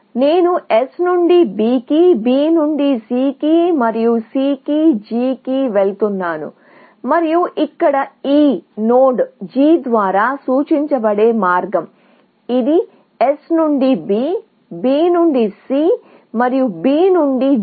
నేను S నుండి B కి B నుండి C కి మరియు C కి G కి వెళుతున్నాను మరియు ఇక్కడ ఈ నోడ్ G ద్వారా సూచించబడే మార్గం ఇది S నుండి B B నుండి C మరియు B నుండి G